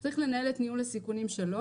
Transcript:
הוא צריך לנהל את הסיכונים שלו,